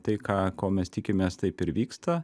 tai ką ko mes tikimės taip ir vyksta